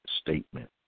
statement